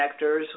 connectors